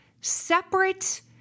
separate